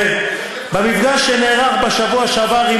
במפגש שנערך בשבוע שעבר עם